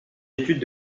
études